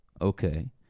okay